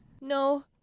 No